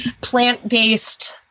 plant-based